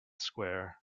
square